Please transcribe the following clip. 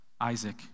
Isaac